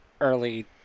early